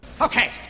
Okay